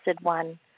One